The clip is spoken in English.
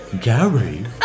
Gary